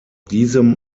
diesem